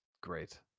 Great